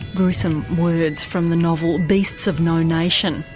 gruesome words from the novel beasts of no nation,